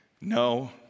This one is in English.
no